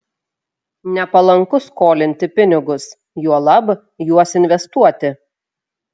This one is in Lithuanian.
nepalanku skolinti pinigus juolab juos investuoti